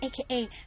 aka